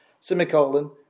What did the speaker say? semicolon